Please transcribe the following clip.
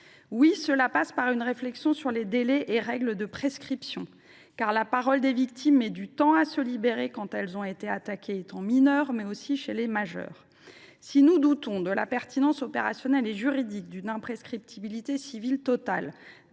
Oui, cela passe par une réflexion sur les délais et règles de prescription, car la parole des victimes met du temps à se libérer, non seulement quand elles ont été attaquées durant leur minorité, mais également après leur majorité. Si nous doutons de la pertinence opérationnelle et juridique de l’imprescriptibilité civile totale